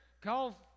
Call